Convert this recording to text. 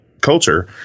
culture